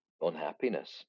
unhappiness